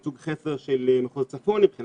והיה ייצוג חסר של מחוז צפון מבחינה